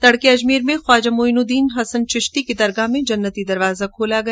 तड़के अजमेर में ख्वाजा मोइनुद्दीन हसन चिश्ती की दरगाह में जन्नती दरवाजा खोला गया